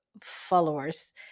followers